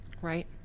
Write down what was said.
right